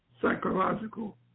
psychological